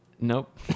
Nope